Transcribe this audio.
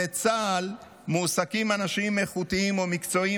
בצה"ל מועסקים אנשים איכותיים ומקצועיים,